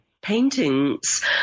paintings